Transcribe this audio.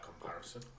comparison